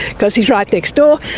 because he's right next door.